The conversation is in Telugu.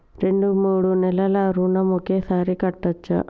రెండు మూడు నెలల ఋణం ఒకేసారి కట్టచ్చా?